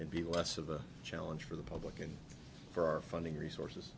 would be less of a challenge for the public and for our funding resources